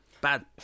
Bad